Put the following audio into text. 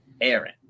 Aaron